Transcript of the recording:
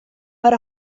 per